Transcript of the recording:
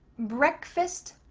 breakfast,